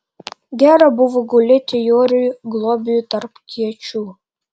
gera buvo gulėti joriui globiui tarp kiečių